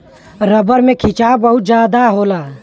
rubber में खिंचाव बहुत जादा होला